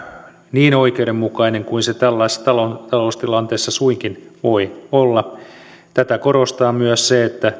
niin oikeudenmukainen kuin se tällaisessa taloustilanteessa suinkin voi olla tätä korostaa myös se että